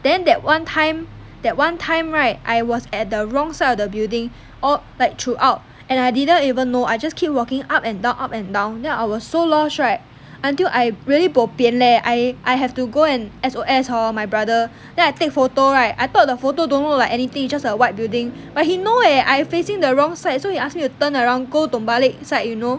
then that one time that one time right I was at the wrong side of the building oo like throughout and I didn't even know I just keep walking up and down and up and down then I was so lost right until I really bo pian leh I I have to go and S_O_S hor my brother then I take photo right I thought the photo don't look like anything it's just a white building but he know eh I facing the wrong side so he ask me to turn around go terbalik side you know